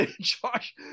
Josh